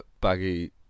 baggy